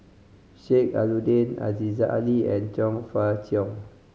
Sheik Alau'ddin Aziza Ali and Chong Fah Cheong